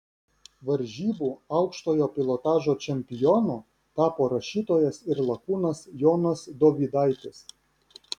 varžybų aukštojo pilotažo čempionu tapo rašytojas ir lakūnas jonas dovydaitis